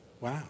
Wow